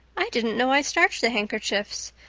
i didn't know i starched the handkerchiefs.